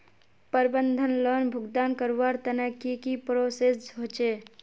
प्रबंधन लोन भुगतान करवार तने की की प्रोसेस होचे?